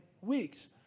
weeks